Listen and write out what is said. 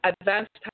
advanced